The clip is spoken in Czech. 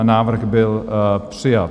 Návrh byl přijat.